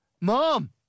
Mom